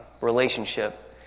relationship